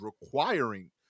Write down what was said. requiring